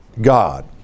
God